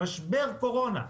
משבר קורונה,